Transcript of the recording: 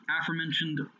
aforementioned